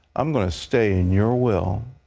i'm going to stay in your will.